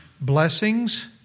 Blessings